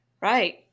Right